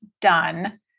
done